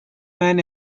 man